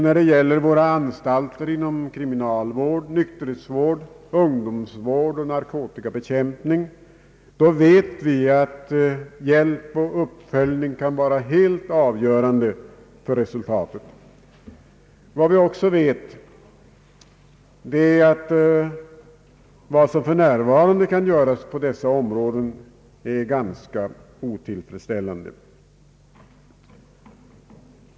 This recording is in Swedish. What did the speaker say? När det gäller våra anstalter inom kriminalvård, nykterhetsvård, ungdomsvård och narkotikabekämpning vet vi att hjälp och uppföljning kan vara helt avgörande för resultatet. Vi vet också att det som för närvarande kan göras på dessa områden är ganska otillfredsställande.